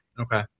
Okay